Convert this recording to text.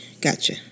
gotcha